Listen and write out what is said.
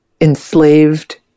enslaved